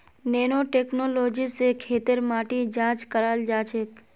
nano technology स खेतेर माटी जांच कराल जाछेक